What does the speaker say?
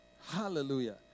Hallelujah